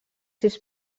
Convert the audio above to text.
sis